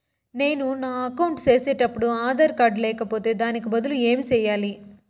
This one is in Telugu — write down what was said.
నేను నా అకౌంట్ సేసేటప్పుడు ఆధార్ కార్డు లేకపోతే దానికి బదులు ఏమి సెయ్యాలి?